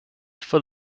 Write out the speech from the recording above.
full